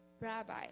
Rabbi